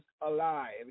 alive